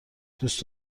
دوست